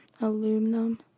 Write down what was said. aluminum